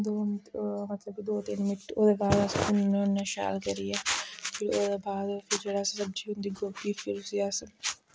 दो मतलब कि दो तिन्न मिन्ट भुनन्ने होन्ने शैल करियै फिर ओह्दे बाद सब्जी फ्ही जेह्ड़ा होंदी गोभी फ्ही उसी अस